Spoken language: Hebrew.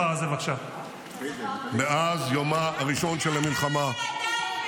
(חבר הכנסת יוראי להב הרצנו יוצא מאולם המליאה.) --- חברת